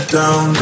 down